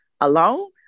alone